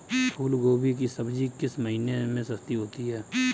फूल गोभी की सब्जी किस महीने में सस्ती होती है?